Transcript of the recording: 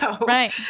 right